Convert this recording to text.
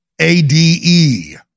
ADE